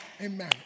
Amen